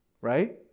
right